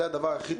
זה הדבר הכי טוב.